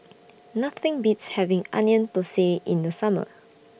Nothing Beats having Onion Thosai in The Summer